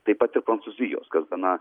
taip pat ir prancūzijos kas gana